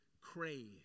crave